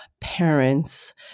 parents